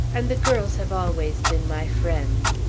and the girls have always been my friends.